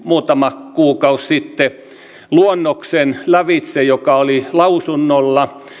muutama kuukausi sitten lukenut lävitse luonnoksen joka oli lausunnolla